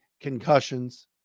concussions